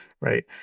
right